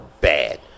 bad